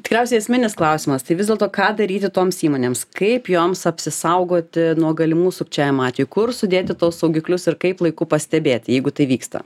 tikriausiai esminis klausimas tai vis dėlto ką daryti toms įmonėms kaip joms apsisaugoti nuo galimų sukčiavimo atvejų kur sudėti tuos saugiklius ir kaip laiku pastebėti jeigu tai vyksta